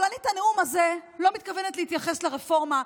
אבל אני בנאום הזה לא מתכוונת להתייחס לרפורמה.